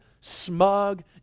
smug